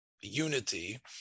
unity